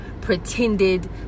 pretended